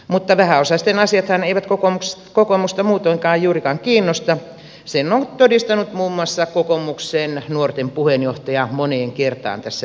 mutta vähäosaisten asiathan eivät kokoomusta muutoinkaan juurikaan kiinnosta sen on todistanut muun muassa kokoomuksen nuorten puheenjohtaja moneen kertaan tässä viime päivinä